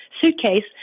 suitcase